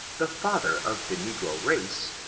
the father of the negro race,